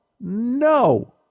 No